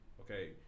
Okay